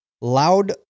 Loud